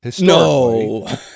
No